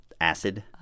acid